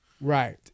Right